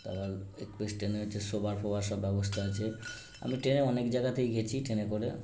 তারপর এক্সপ্রেস ট্রেনে হচ্ছে শোবার ফোবার সব ব্যবস্থা আছে আমি ট্রেনে অনেক জায়গাতেই গেছি ট্রেনে করে